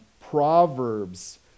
Proverbs